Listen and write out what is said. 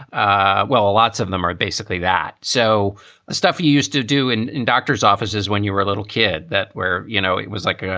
ah well, lots of them are basically that. so the stuff he used to do in in doctor's offices when you were a little kid that where, you know, it was like.